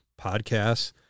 podcasts